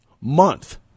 month